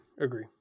agree